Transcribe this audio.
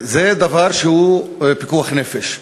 זה דבר שהוא פיקוח נפש,